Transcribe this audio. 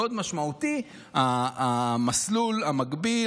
מאוד משמעותי המסלול המקביל,